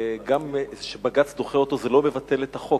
וגם כשבג"ץ דוחה אותו זה לא מבטל את החוק,